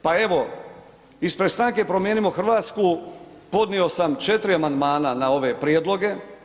Pa evo ispred stranke Promijenimo Hrvatsku podnio sam 4 amandmana na ove prijedloge.